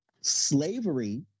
Slavery